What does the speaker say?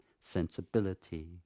sensibility